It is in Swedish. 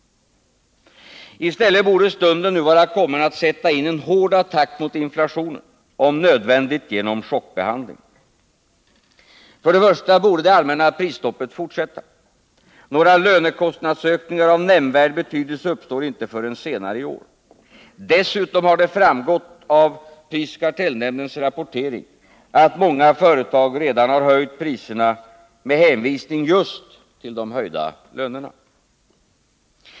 I stället borde stunden nu vara kommen att sätta in en hård attack mot inflationen, om nödvändigt genom chockbehandling. För det första borde det allmänna prisstoppet fortsätta. Några lönekostnadsökningar av nämnvärd betydelse uppstår inte förrän senare i år. Dessutom har det framgått av prisoch kartellnämndens rapportering att många företag redan har höjt priserna med hänvisning just till de höjda lönerna.